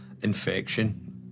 infection